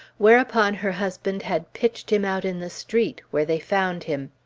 whereupon her husband had pitched him out in the street, where they found him.